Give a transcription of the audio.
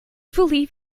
believe